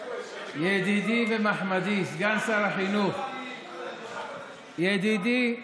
ידידי ומחמדי סגן שר החינוך, ידידי מאיר,